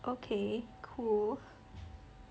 okay cool